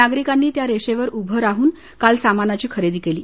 नागरिकांनी त्या रेषेवर उभं राहून काल सामानाची खरेदी केली